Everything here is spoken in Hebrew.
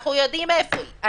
אנחנו יודעים איפה היא.